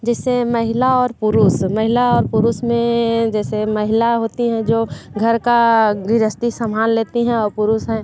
जैसे महिला और पुरुष महिला और पुरुष में जैसे महिला होती हैं जो घर का गृहस्थी संभाल लेती हैं और पुरुष हैं